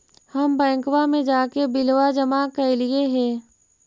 हम बैंकवा मे जाके बिलवा जमा कैलिऐ हे?